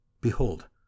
Behold